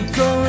go